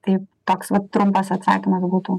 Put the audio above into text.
tai toks vat trumpas atsakymas būtų